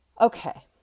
okay